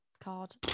card